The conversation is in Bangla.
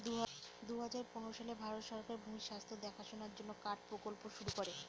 দুই হাজার পনেরো সালে ভারত সরকার ভূমির স্বাস্থ্য দেখাশোনার জন্য কার্ড প্রকল্প শুরু করে